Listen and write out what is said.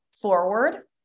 forward